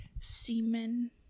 semen